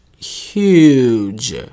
huge